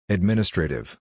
Administrative